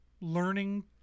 learning